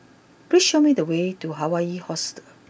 please show me the way to Hawaii Hostel